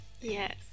Yes